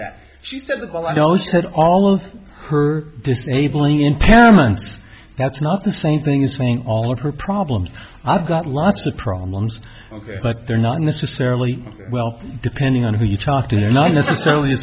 five she said well i know she said all of her disabling impairments that's not the same thing is saying all of her problems i've got lots of problems ok but they're not necessarily well depending on who you talk to not necessarily